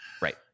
right